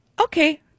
Okay